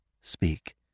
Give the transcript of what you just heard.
speak